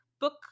book